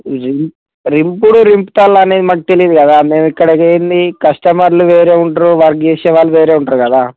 రింపుడు రింపుతాల్లనేది మాకు తెలీదు కదా మేము ఇక్కడ ఏంటి కస్టమర్లు వేరే ఉంటారు వర్క్ చేసేవాళ్ళు వేరే ఉంటారు కదా